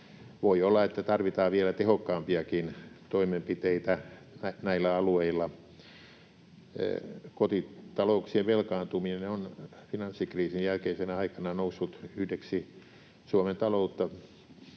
Voi olla, että tarvitaan vielä tehokkaampiakin toimenpiteitä näillä alueilla. Kotitalouksien velkaantuminen on finanssikriisin jälkeisenä aikana noussut yhdeksi Suomen taloutta